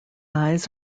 eyes